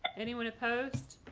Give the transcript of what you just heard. anyone opposed?